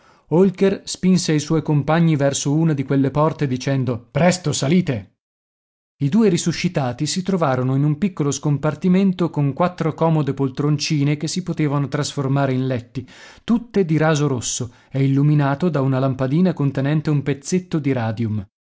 holker spinse i suoi compagni verso una di quelle porte dicendo presto salite i due risuscitati si trovarono in un piccolo scompartimento con quattro comode poltroncine che si potevano trasformare in letti tutte di raso rosso e illuminato da una lampadina contenente un pezzetto di radium